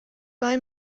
buy